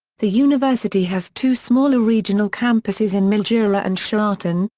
the university has two smaller regional campuses in mildura and shepparton,